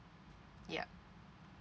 yup